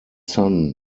son